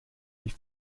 wie